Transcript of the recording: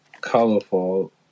colorful